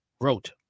wrote